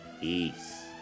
Peace